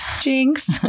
jinx